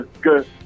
good